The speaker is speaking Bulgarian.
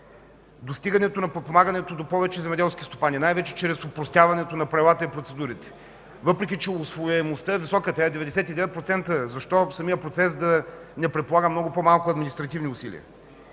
Достигането на подпомагането до повече земеделски стопани най-вече чрез опростяването на правата и процедурите. Въпреки че усвояемостта е висока – 99%, защо самият процес да не предполага много по-малко административни усилия?